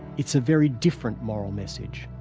it's a very different moral message,